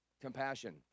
Compassion